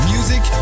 Music